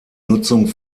nutzung